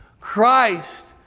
Christ